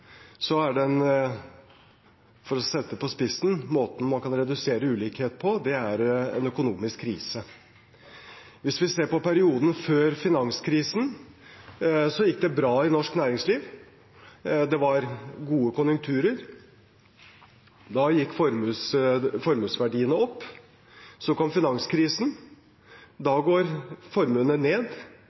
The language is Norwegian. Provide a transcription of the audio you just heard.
er måten man kan redusere ulikhet på, for å sette det på spissen, en økonomisk krise. Hvis vi ser på perioden før finanskrisen, gikk det bra i norsk næringsliv. Det var gode konjunkturer. Da gikk formuesverdiene opp. Så kom finanskrisen. Da går formuene ned,